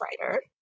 writer